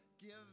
Give